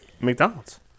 McDonald's